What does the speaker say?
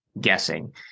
guessing